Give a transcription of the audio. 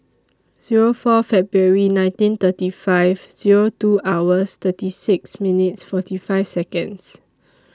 Zero four February nineteen thirty five Zero two hours thirty six minutes forty five Seconds